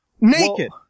Naked